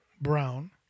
Brown